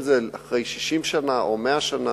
אם אחרי 60 שנה או 100 שנה,